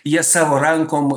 jie savo rankom